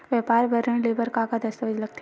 व्यापार बर ऋण ले बर का का दस्तावेज लगथे?